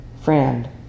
friend